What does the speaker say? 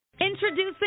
Introducing